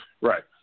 Right